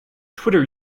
twitter